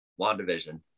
WandaVision